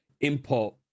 import